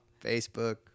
Facebook